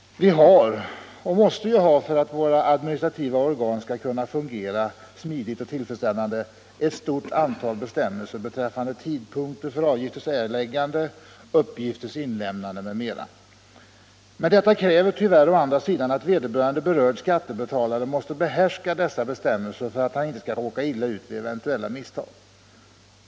För att våra administrativa organ skall kunna fungera smidigt och tillfredsställande har vi - och måste ha — ett stort antal bestämmelser be 121 träffande tidpunkter för avgifters erläggande, uppgifters inlämnande m.m. Men detta kräver tyvärr å andra sidan att vederbörande skattebetalare måste behärska dessa bestämmelser för att inte råka illa ut vid ett eventuellt misstag.